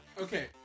Okay